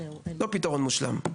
והפתרון לא מושלם,